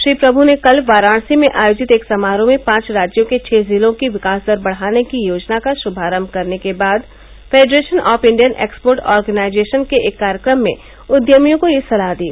श्री प्रम् ने कल वाराणसी में आयोजित एक समारोह में पांच राज्यों के छः जिलों की विकास दर बढ़ाने की योजना का श्मारम्भ करने के बाद Federation of Indian Export Organisation के एक कार्यक्रम में उद्यमियों को यह सलाह दी